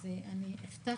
אז אני אפתח,